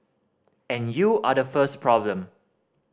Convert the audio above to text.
and you are the first problem